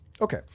Okay